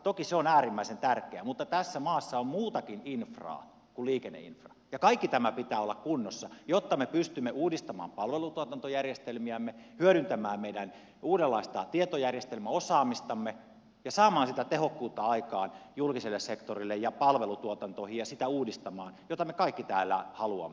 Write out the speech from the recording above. toki se on äärimmäisen tärkeä mutta tässä maassa on muutakin infraa kuin liikenneinfra ja kaiken tämän pitää olla kunnossa jotta me pystymme uudistamaan palvelutuotantojärjestelmiämme hyödyntämään meidän uudenlaista tietojärjestelmäosaamistamme ja saamaan sitä tehokkuutta aikaan julkiselle sektorille ja palvelutuotantoihin ja sitä uudistamaan mitä me kaikki täällä haluamme